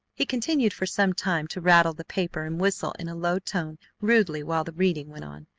he continued for sometime to rattle the paper and whistle in a low tone rudely while the reading went on,